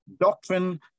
doctrine